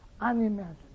unimaginable